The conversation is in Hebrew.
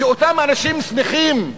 שאותם אנשים שמחים,